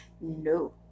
No